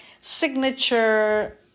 signature